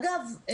אגב,